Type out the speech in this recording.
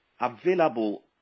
available